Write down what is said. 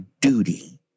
duty